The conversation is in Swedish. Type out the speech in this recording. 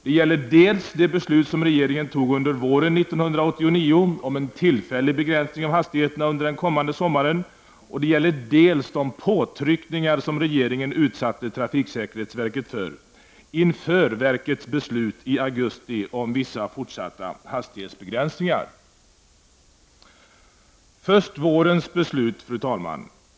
Det gäller dels det beslut som regeringen fattade under våren 1989 om en tillfällig begränsning av hastigheterna under den kommande sommaren, dels de påtryckningar som regeringen utsatte trafiksäkerhetsverket för inför verkets beslut i augusti om vissa fortsatta hastighetsbegränsningar. Först vårens beslut, fru talman.